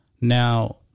Now